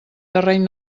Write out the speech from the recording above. terreny